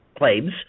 claims